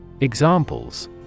Examples